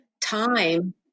time